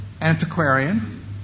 antiquarian